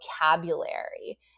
vocabulary